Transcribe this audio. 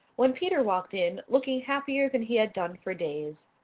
when peter walked in, looking happier than he had done for days.